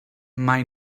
mai